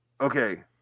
okay